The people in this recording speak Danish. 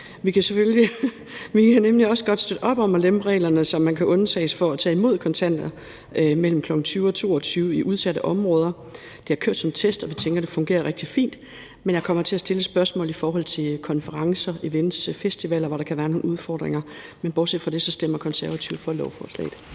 Vi kan nemlig også godt støtte op om at lempe reglerne, så man kan undtages for at tage imod kontanter imellem kl. 20 og kl. 22 i udsatte områder. Det er kørt som en test, og vi tænker, at det fungerer rigtig fint. Men jeg kommer til at stille et spørgsmål i forhold til konferencer, events og festivaler, hvor der kan være nogle udfordringer. Men bortset fra det stemmer Konservative for lovforslaget.